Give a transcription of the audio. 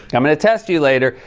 yeah i'm gonna test you later.